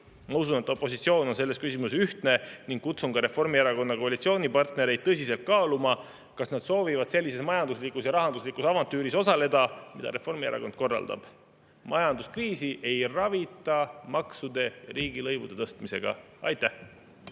Ma usun, et opositsioon on selles küsimuses ühtne. Kutsun üles ka Reformierakonna koalitsioonipartnereid tõsiselt kaaluma, kas nad soovivad osaleda sellises majanduslikus ja rahanduslikus avantüüris, mida Reformierakond korraldab. Majanduskriisi ei ravita maksude ja riigilõivude tõstmisega. Aitäh!